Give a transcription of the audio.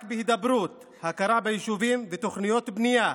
רק בהידברות, הכרה ביישובים ותוכניות בנייה,